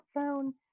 phone